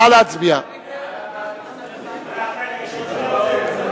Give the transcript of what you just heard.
הודעת ראש הממשלה